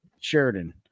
Sheridan